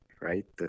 right